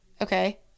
Okay